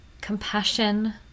compassion